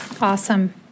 Awesome